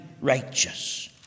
righteous